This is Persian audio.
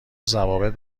ضوابط